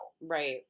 right